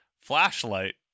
flashlight